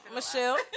Michelle